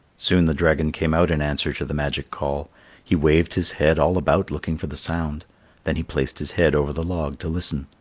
soon the dragon came out in answer to the magic call he waved his head all about looking for the sound then he placed his head over the log to listen.